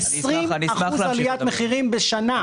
20 אחוז בעליית מחירים בשנה.